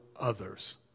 others